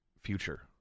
future